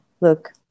look